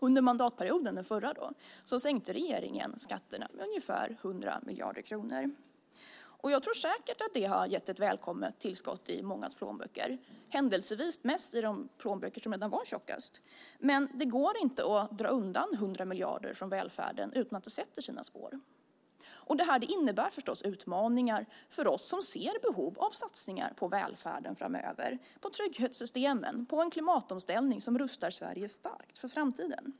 Under förra mandatperioden sänkte regeringen skatterna med ungefär 100 miljarder kronor. Jag tror säkert att det har gett ett välkommet tillskott i mångas plånbok, händelsevis mest i de plånböcker som redan var tjockast. Men det går inte att dra undan 100 miljarder från välfärden utan att det sätter sina spår. Det här innebär förstås utmaningar för oss som ser behov av satsningar på välfärden framöver, på trygghetssystemen och på en klimatomställning som rustar Sverige starkt för framtiden.